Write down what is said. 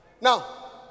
Now